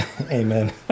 Amen